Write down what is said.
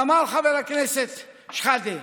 אמר חבר הכנסת שחאדה